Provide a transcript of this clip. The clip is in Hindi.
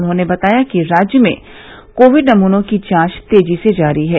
उन्होंने बताया कि राज्य में कोविड नमूनों की जांच तेजी से जारी है